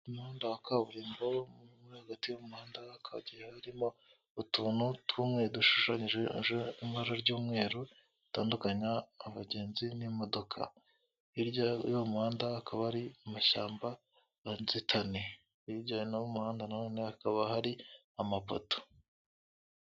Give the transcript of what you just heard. Mu muhanda wa kaburimbo, hagati y'umuhanda hagiye harimo utuntu tw'umweru dushushanyije ibara ry'umweru ritandukanya abagenzi n'imodoka, hirya y'uwo muhanda akaba hari amashyamba y'inzitane, yayijyanaye mu muhanda nanone hakaba hari amapoto.